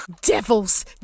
Devils